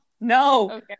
No